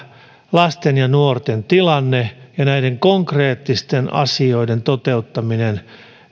lasten ja nuorten tilanne ja näiden konkreettisten asioiden toteuttaminen